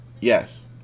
Yes